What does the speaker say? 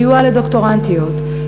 סיוע לדוקטורנטיות,